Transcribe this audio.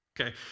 Okay